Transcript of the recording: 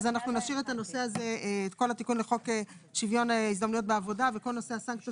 נשאיר את כל התיקון לחוק שוויון הזדמנויות בעבודה וכל הנושא של הסנקציות